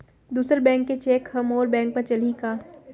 दूसर बैंक के चेक ह मोर बैंक म चलही का?